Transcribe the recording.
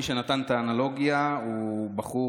מי שנתן את האנלוגיה הוא בחור,